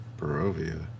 Barovia